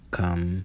come